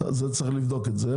צריך לבדוק את זה.